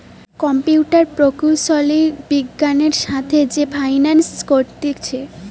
computer প্রকৌশলী বিজ্ঞানের সাথে যে ফাইন্যান্স করতিছে